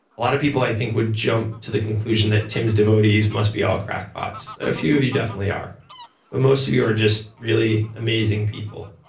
a lot of people i think would jump to the conclusion that tim's devotees must be all crackpots. a few of you definitely are, but most of you are just really amazing people.